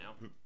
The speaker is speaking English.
now